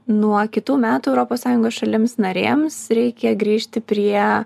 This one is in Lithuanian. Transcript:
nuo kitų metų europos sąjungos šalims narėms reikia grįžti prie